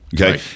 Okay